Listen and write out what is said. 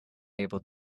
able